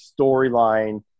storyline